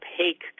opaque